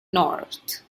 north